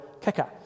kicker